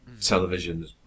television